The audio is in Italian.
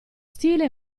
stile